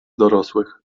dorosłych